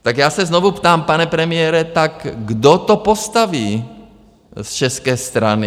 Tak já se znovu ptám, pane premiére, kdo to postaví z české strany?